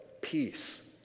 peace